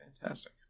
Fantastic